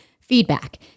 feedback